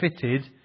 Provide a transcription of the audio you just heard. fitted